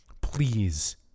please